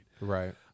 Right